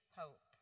hope